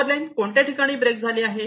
power line कोणत्या ठिकाणी break झाली आहे